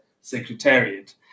secretariat